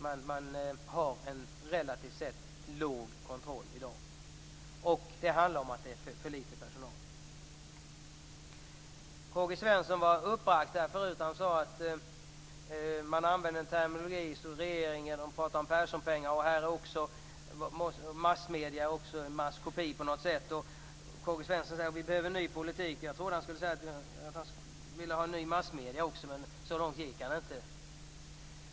Man har en relativt sett låg kontroll i dag. Det är för litet personal. K-G Svenson var uppbragt här förut. Han sade att man använder en viss terminologi från regeringens sida, att man pratar om Perssonpengar osv. Massmedierna skulle på något sätt vara i maskopi. Vi behöver en ny politik, säger K-G Svenson. Jag trodde att han skulle säga att han vill ha nya massmedier också, men så långt gick han inte.